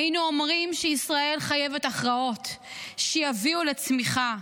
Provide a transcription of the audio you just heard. היינו אומרים שישראל חייבת הכרעות שיביאו לצמיחה,